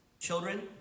Children